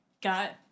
got